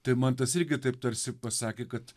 tai man tas irgi taip tarsi pasakė kad